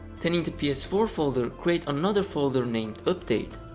then in the p s four folder create another folder named update,